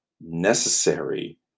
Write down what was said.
necessary